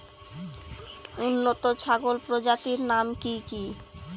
উন্নত ছাগল প্রজাতির নাম কি কি?